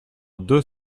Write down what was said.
deux